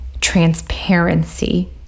transparency